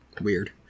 weird